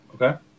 okay